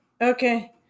Okay